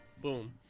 boom